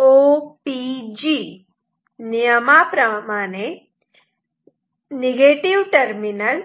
NOPG नियमाप्रमाणे minus terminal